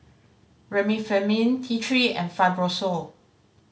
Remifemin T Three and Fibrosol